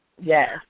Yes